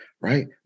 right